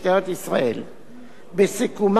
בסיכומם של דיונים אלה הוחלט